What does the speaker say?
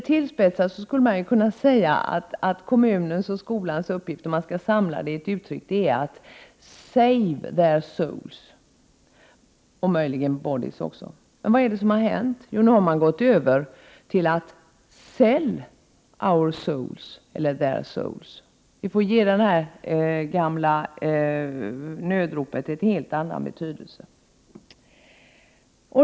Tillspetsat skulle man kunna säga att kommunernas och skolans uppgift, samlad till ett uttryck, är att save their souls, och möjligen bodies också. Men vad har hänt? Jo, man har gått över till uppgiften sell their souls. Vi får ge det gamla nödropet en helt annan betydelse.